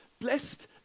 blessed